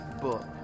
book